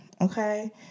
Okay